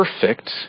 perfect